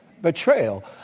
Betrayal